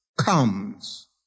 Comes